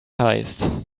heist